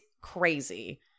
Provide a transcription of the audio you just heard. crazy